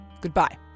Goodbye